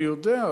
אני יודע,